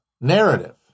narrative